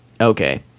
Okay